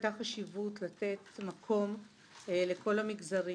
הייתה חשיבות לתת מקום לכל המגזרים,